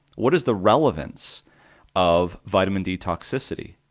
what is the relevance of vitamin d toxicity?